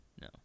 no